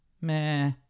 meh